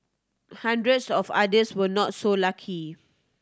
hundreds of others were not so lucky